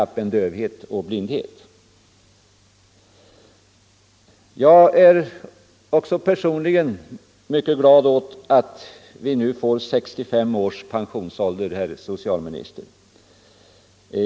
4 december 1974 Jag är också personligen mycket glad åt att vi nu får 65 års pensionsålder, herr socialminister.